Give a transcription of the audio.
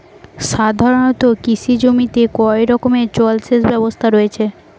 সাধারণত কৃষি জমিতে কয় রকমের জল সেচ ব্যবস্থা রয়েছে?